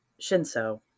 Shinso